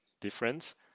difference